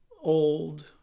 old